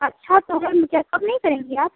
अच्छा तो है क्या कम नही करेंगी आप